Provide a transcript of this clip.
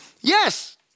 Yes